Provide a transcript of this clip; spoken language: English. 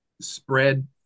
spread